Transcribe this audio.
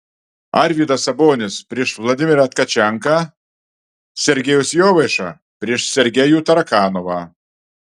arvydas sabonis prieš vladimirą tkačenką sergejus jovaiša prieš sergejų tarakanovą